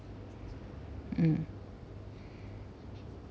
mm